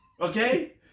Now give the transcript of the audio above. Okay